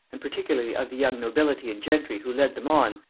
and particularly of the young nobility and gentry who led them on,